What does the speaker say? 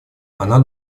она